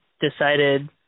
decided